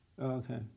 okay